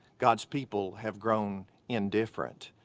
god's people have grown indifferent.